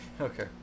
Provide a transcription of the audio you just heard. okay